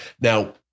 Now